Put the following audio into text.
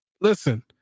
Listen